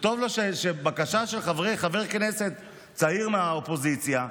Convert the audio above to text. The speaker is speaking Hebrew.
כתוב לו בקשה של חבר כנסת צעיר מהאופוזיציה,